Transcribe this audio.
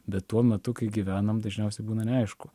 bet tuo metu kai gyvenam dažniausiai būna neaišku